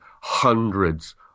hundreds